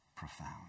profound